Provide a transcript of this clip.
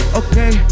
okay